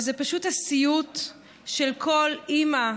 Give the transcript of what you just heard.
זה פשוט הסיוט של כל אימא,